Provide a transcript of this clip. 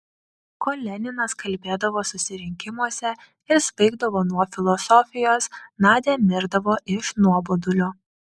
kol leninas kalbėdavo susirinkimuose ir svaigdavo nuo filosofijos nadia mirdavo iš nuobodulio